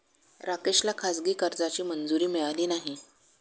राकेशला खाजगी कर्जाची मंजुरी मिळाली नाही